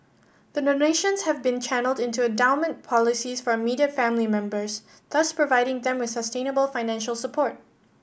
the donations have been channelled into endowment policies for immediate family members thus providing them with sustainable financial support